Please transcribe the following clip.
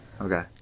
okay